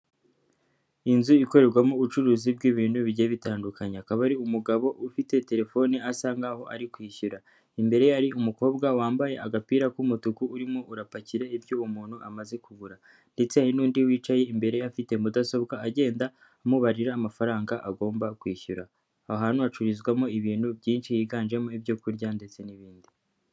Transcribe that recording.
Inzu ikorerwamo ubucuruzi bw'ibintu bigiye bitandukanye akaba ari umugabo ufite telefone asa nkaho ari kwishyura, imbere yari umukobwa wambaye agapira k'umutuku urimo urapakira ibyo umuntu amaze kugura. Ndetse hari n'undi wicaye imbere afite mudasobwa agenda amubarira amafaranga agomba kwishyura aha hantu hacururizwamo ibintu byinshi yiganjemo ibyo kurya ndetse n'ibindi.